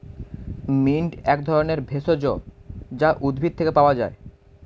mint এক ধরনের ভেষজ যা উদ্ভিদ থেকে পাওয় যায়